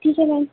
ठीक है मैम